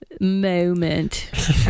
moment